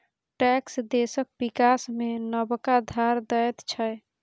tax देशक बिकास मे नबका धार दैत छै